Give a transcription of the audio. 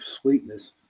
Sweetness